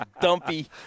dumpy